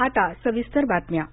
Bharat Bhutan